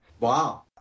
Wow